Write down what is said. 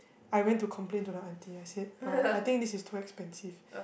I went to complain to the aunty I said uh I think this is too expensive